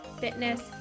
fitness